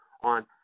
on